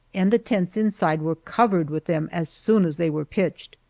and the tents inside were covered with them as soon as they were pitched.